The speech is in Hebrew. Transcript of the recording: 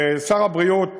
ששר הבריאות,